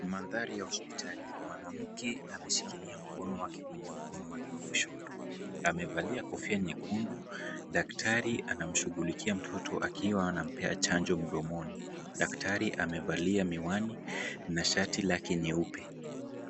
Mandhari ya hospitali. Mwanamke ameshikilia mkono wake kwenye mkono wake wa kushoto. Amevalia kofia nyekundu. Daktari anamshughulikia mtoto akiwa anampea chanjo mdomoni. Daktari amevalia miwani na shati lake nyeupe.